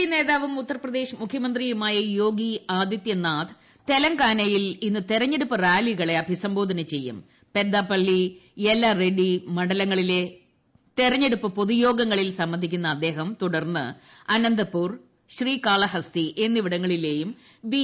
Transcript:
P നേതാവും ഉത്തർപ്രിദേശ് മുഖ്യമന്ത്രിയുമായ യോഗി ആദിത്യനാഥ് തെലങ്കാനയിൽ ഇന്ന് തെരെഞ്ഞെടുപ്പ് റാലികളെ അഭി സംബോധന ചെയ്യുംപെഡാപ്പള്ളി യെല്ലാ റെഡി മണ്ഡല ങ്ങളിലെ തെരഞ്ഞെടുപ്പ് പൊതു യോഗങ്ങളിൽ സംബന്ധിക്കുന്ന അദ്ദേഹം തുടർന്ന് അന്ന്പൂർ ശ്രീകാളഹസ്തി എന്നിവിടങ്ങളി ലേയും ബി